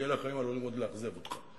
כי אלה החיים עוד עלולים לאכזב אותך.